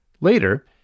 Later